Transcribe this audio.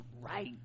Right